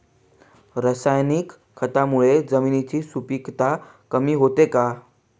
रासायनिक खतांमुळे जमिनीची सुपिकता कमी होते का?